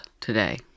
Today